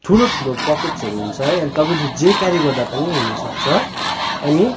ठुलो ठुलो पकेट्सहरू हुन्छ है तपाईँले जे क्यारी गर्दा पनि हुनु सक्छ अनि